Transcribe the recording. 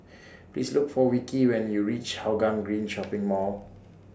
Please Look For Vicky when YOU REACH Hougang Green Shopping Mall